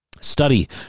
Study